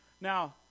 Now